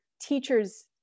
teachers